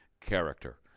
character